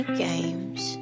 games